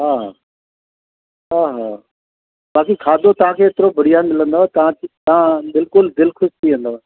हा हा हा बाक़ी खाधो तव्हांखे हेतिरो बढ़िया मिलंदव तव्हांजी तव्हां बिल्कुलु दिलि ख़ुशि थी वेंदव